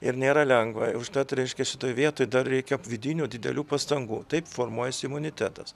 ir nėra lengva užtat reiškias šitoj vietoj dar reikia vidinių didelių pastangų taip formuojasi imunitetas